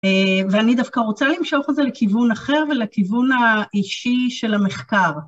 ואני דווקא רוצה למשוך את זה לכיוון אחר, לכיוון האישי של המחקר.